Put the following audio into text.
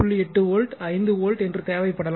8 volt 5 volt என்று தேவைப்படலாம்